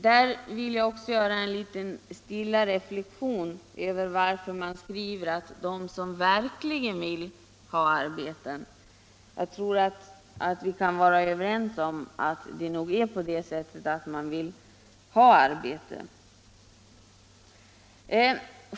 Där vill jag också göra en liten stilla reflexion över att man skriver ”den som verkligen vill ha arbete”. Jag tror att vi kan vara överens om att det nog är på det sättet att de unga vill ha arbete.